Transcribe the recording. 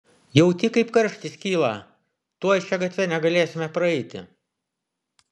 jauti kaip karštis kyla tuoj šia gatve negalėsime praeiti